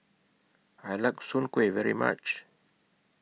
I like Soon Kuih very much